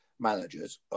Managers